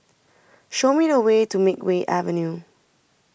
Show Me The Way to Makeway Avenue